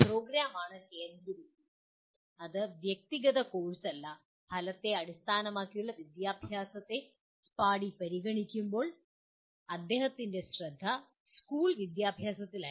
programme ആണ് കേന്ദ്രബിന്ദു അത് വ്യക്തിഗത കോഴ്സല്ല ഫലത്തെ അടിസ്ഥാനമാക്കിയുള്ള വിദ്യാഭ്യാസത്തെ സ്പാഡി പരിഗണിക്കുമ്പോൾ അദ്ദേഹത്തിന്റെ ശ്രദ്ധ സ്കൂൾ വിദ്യാഭ്യാസത്തിലായിരുന്നു